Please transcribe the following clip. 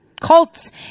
cults